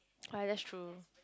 right that's true